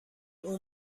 اون